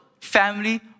family